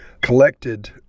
collected